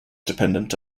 dependent